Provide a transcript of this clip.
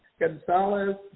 Gonzalez